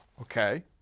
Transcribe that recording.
okay